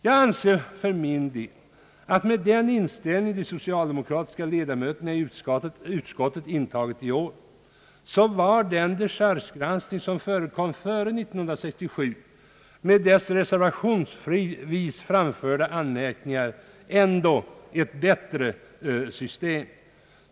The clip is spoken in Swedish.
Jag anser att med den inställning som de socialdemokratiska ledamöterna i utskottet har intagit i år så var den dechargegranskning som förekom före år 1967 med dess reservationsvis framförda anmärkningar i alla fall ett bättre system.